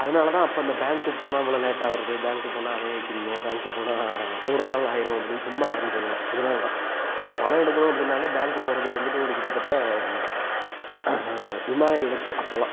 அதனால் தான் அப்போ அந்த பேங்க்கு போனால் இவ்வளோ லேட்டாகிறது பேங்க்கு போனால் அலைய வைக்கிறீங்க பேங்க்கு போனால் ஒரு நாள் ஆயிடும் அப்படின்னு சும்மா யாரும் சொல்லல்லை இதனால் தான் ஒரு பணம் எடுக்கணும் அப்படின்னாலே பேங்க்கு போகிறதுக்கு வந்துட்டு ஒரு கிட்டத்தட்ட இமாலய இலக்கு அப்போல்லாம்